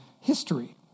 history